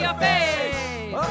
face